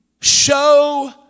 show